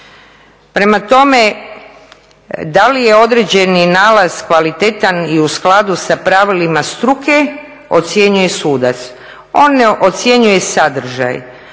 Prema tome, da li je određeni nalaz kvalitetan i u skladu sa pravilima struke ocjenjuje sudac. On ne ocjenjuje sadržaj,